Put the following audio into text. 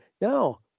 No